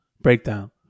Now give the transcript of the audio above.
breakdown